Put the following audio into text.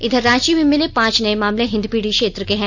इधर रांची में मिले पांच नए मामले हिंदपीढ़ी क्षेत्र के हैं